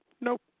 nope